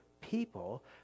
people